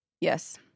Yes